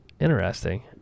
Interesting